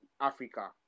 Africa